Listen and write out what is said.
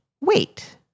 wait